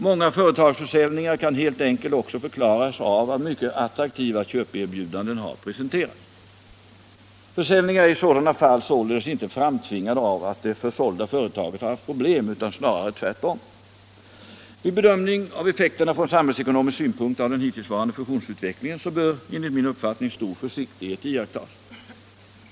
Många företagsförsäljningar kan helt enkelt också förklaras av att mycket attraktiva köpeerbjudanden har presenterats. Försäljningen är i sådana fall således inte framtvingad av att det försålda företaget haft problem utan snarare tvärtom. Vid bedömning av effekterna från samhällsekonomisk synpunkt av den hittillsvarande fusionsutvecklingen bör enligt min uppfattning stor försiktighet iakttas.